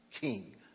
king